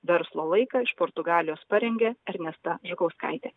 verslo laiką iš portugalijos parengė ernesta žukauskaitė